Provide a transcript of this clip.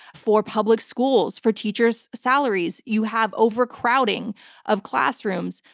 for public schools, for teachers' salaries. you have overcrowding of classrooms.